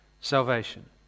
salvation